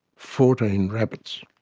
fourteen rabbits.